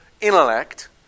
intellect